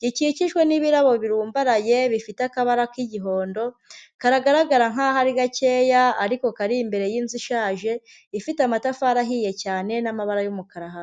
gikikijwe n'ibirabo birumbaraye bifite akabara k'igihondo kagaragara nk'aho ari gakeya ariko kari imbere y'inzu ishaje ifite amatafari ahiye cyane n'amabara y'umukara hasi.